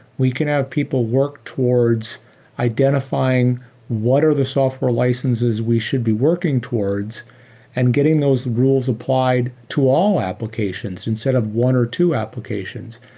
we can have people work towards identifying what are the software licenses we should be working towards and getting those rules applied to all applications and stead of one or two applications.